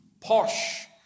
posh